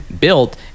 built